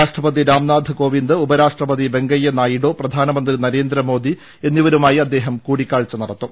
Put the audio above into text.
രാഷ്ട്രപതി രാംനാഥ് കോവിന്ദ് ഉപരാഷ്ട്രപതി വെങ്കയ്യ നായിഡു പ്രധാനമന്ത്രി നരേന്ദ്രമോദി എന്നിവരുമായി അദ്ദേഹം കൂടിക്കാഴ്ച നടത്തും